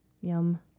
yum